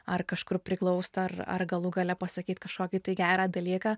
ar kažkur priglaust ar ar galų gale pasakyt kažkokį tai gerą dalyką